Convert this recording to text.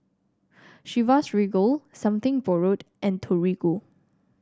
Chivas Regal Something Borrowed and Torigo